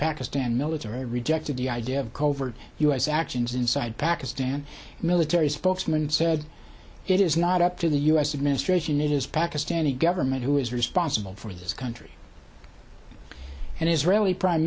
pakistan military rejected the idea of covert u s actions inside pakistan military spokesman said it is not up to the us administration it is pakistani government who is responsible for this country and israeli prime